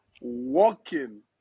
Walking